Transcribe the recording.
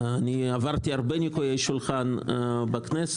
עברתי הרבה ניקויי שולחן בכנסת.